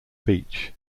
beach